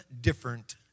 different